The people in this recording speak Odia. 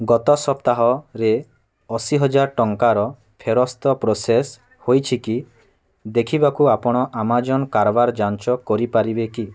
ଗତ ସପ୍ତାହରେ ଅଶୀହଜାର ଟଙ୍କାର ଫେରସ୍ତ ପ୍ରୋସେସ୍ ହେଇଛି କି ଦେଖିବାକୁ ଆପଣ ଆମାଜନ୍ କାରବାର ଯାଞ୍ଚ କରିପାରିବେ କି